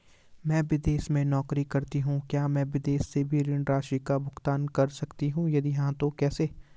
मैं विदेश में नौकरी करतीं हूँ क्या मैं विदेश से भी ऋण राशि का भुगतान कर सकती हूँ यदि हाँ तो कैसे?